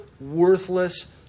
worthless